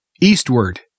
eastward